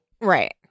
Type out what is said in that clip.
right